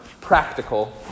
practical